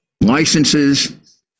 licenses